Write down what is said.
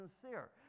sincere